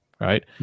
right